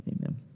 Amen